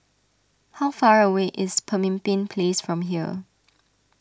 how far away is Pemimpin Place from here